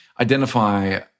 identify